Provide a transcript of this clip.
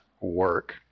work